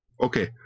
Okay